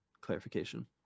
clarification